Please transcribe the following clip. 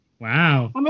Wow